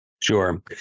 Sure